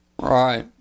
Right